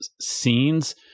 scenes